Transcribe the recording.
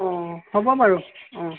অঁ হ'ব বাৰু অঁ